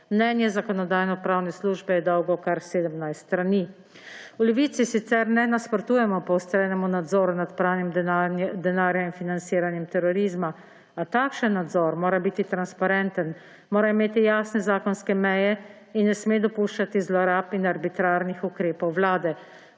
Mnenje Zakonodajno-pravne službe je dolgo kar 17 strani. V Levici sicer ne nasprotujemo poostrenemu nadzoru nad pranjem denarja in financiranjem terorizma, a takšen nadzor mora biti transparenten, mora imeti jasne zakonske meje in ne sme dopuščati zlorab in arbitrarnih ukrepov vlade.